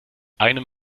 einem